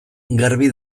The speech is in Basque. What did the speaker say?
garbi